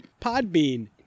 Podbean